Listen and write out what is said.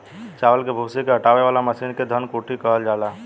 चावल के भूसी के हटावे वाला मशीन के धन कुटी कहल जाला